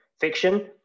fiction